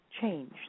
change